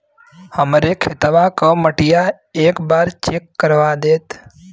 हमरे खेतवा क मटीया एक बार चेक करवा देत?